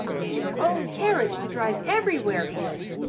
it is your own carriage to drive everywhere in!